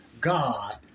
God